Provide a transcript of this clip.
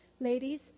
Ladies